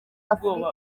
afurika